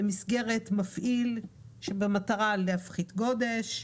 במסגרת מפעיל במטרה להפחית גודש,